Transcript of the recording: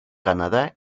canadá